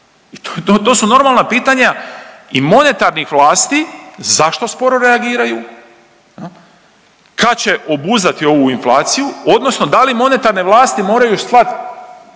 to su normalna pitanja i monetarnih vlasti zašto sporo reagiraju, kad će obuzdati ovu inflaciju odnosno da li monetarne vlasti moraju slati